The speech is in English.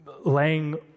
laying